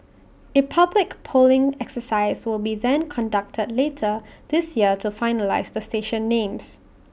A public polling exercise will be then conducted later this year to finalise the station names